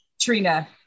Trina